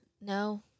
No